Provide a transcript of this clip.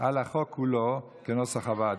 על החוק כולו, כנוסח הוועדה.